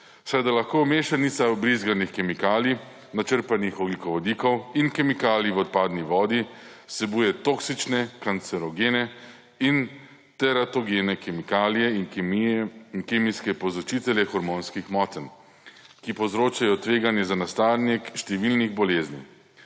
saj da lahko mešanica vbrizganih kemikalij, načrpanih ogljikovodikov in kemikalij v odpadni vodi vsebuje toksične, kancerogene in teratogene kemikalije in kemijske povzročitelje hormonskih motenj, ki povzročajo tveganje za nastanek številnih bolezni.